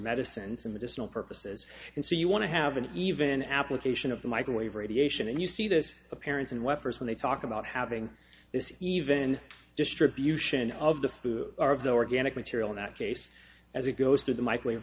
medicine and some additional purposes and so you want to have an even application of the microwave radiation and you see this appearance and weapons when they talk about having this even distribution of the food or of the organic material in that case as it goes through the microwave